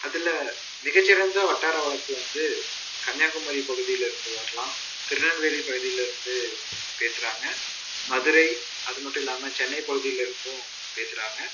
அதில் மிகச்சிறந்த வட்டார வழக்கு வந்து கன்னியாகுமரி பகுதியில் இருந்து வரலாம் திருநெல்வேலி பகுதியில் இருந்து பேசுகிறாங்க மதுரை அது மட்டும் இல்லாமல் சென்னை பகுதியில் இருந்தும் பேசுகிறாங்க